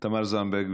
תמר זנדברג,